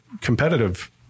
competitive